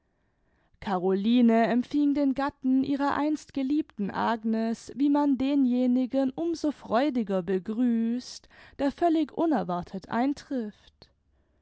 caroline empfing den gatten ihrer einst geliebten agnes wie man denjenigen um so freudiger begrüßt der völlig unerwartet eintrifft